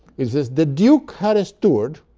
it says, the duke had a steward,